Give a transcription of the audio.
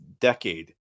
decade